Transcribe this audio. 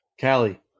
Callie